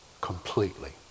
Completely